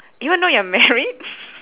even though you are married